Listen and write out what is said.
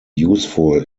useful